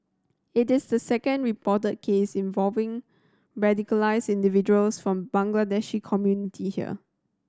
it is the second reported case involving radicalised individuals from Bangladeshi community here